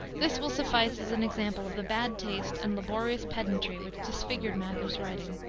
this will suffice as an example of the bad taste and laborious pedantry which disfigured mather's writing.